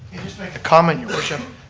just make the comment, your worship?